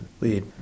lead